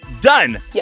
Done